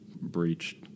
breached